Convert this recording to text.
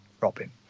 Robin